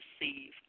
receive